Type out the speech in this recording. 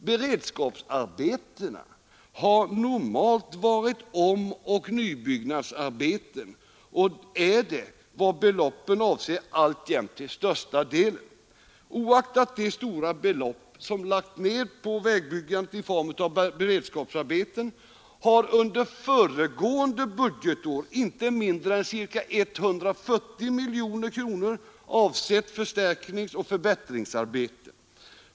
Beredskapsarbetena har normalt varit omoch nybyggnadsarbeten och är det, vad avser beloppen, alltjämt till största delen. Oaktat de stora belopp som lagts ned på vägbyggandet i form av beredskapsarbeten har under föregående budgetår inte mindre än ca 140 miljoner kronor avsett förstärkningsoch förbättringsarbeten.